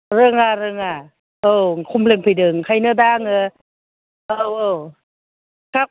रोङा रोङा औ कमप्लेन्ट फैदों ओंखायनो दा आङो औ औ दा